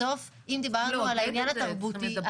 בסוף, אם דיברנו על העניין התרבותי,